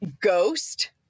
Ghost